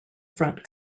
front